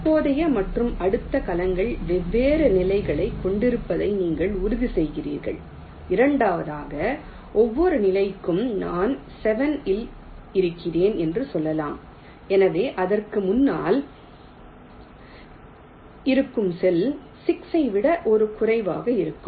தற்போதைய மற்றும் அடுத்த கலங்கள் வெவ்வேறு நிலைகளைக் கொண்டிருப்பதை நீங்கள் உறுதி செய்கிறீர்கள் இரண்டாவதாக ஒவ்வொரு நிலைக்கும் நான் 7 இல் இருக்கிறேன் என்று சொல்லலாம் எனவே அதற்கு முன்னால் இருக்கும் செல் 6 ஐ விட ஒரு குறைவாக இருக்கும்